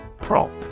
Prop